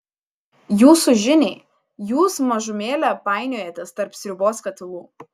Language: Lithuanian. jūsų žiniai jūs mažumėlę painiojatės tarp sriubos katilų